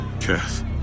Kath